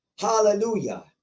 Hallelujah